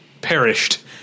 perished